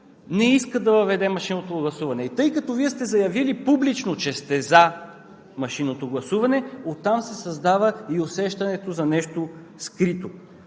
не иска да въведе машинното гласуване. И тъй като Вие сте заявили публично, че сте „за“ машинното гласуване, оттам се създава и усещането за нещо скрито.